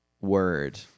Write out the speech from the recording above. word